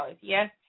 yes